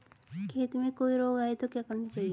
खेत में कोई रोग आये तो क्या करना चाहिए?